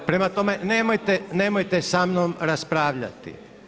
Prema tome nemojte sa mnom raspravljati.